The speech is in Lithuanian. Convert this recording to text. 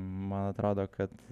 man atrodo kad